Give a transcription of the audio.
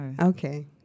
Okay